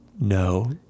No